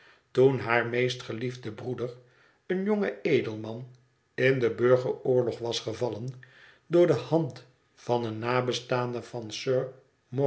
toen haar meest geliefde broeder een jong edelman in den burgeroorlog was gevallen door de hand van een nabestaande van sir